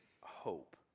hope